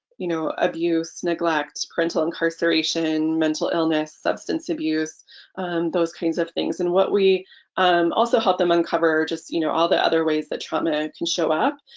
you know abuse, neglect, parental incarceration, mental illness, substance abuse those kinds of things and what we um also help them uncover you know all the other ways that trauma can show up.